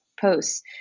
posts